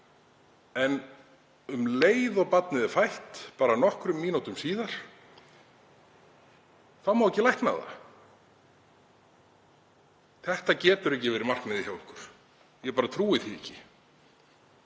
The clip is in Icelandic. en um leið og barnið er fætt, bara nokkrum mínútum síðar, þá má ekki lækna það. Þetta getur ekki verið markmiðið hjá okkur. Ég bara trúi því ekki.